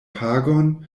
pagon